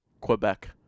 Quebec